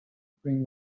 bring